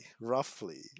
roughly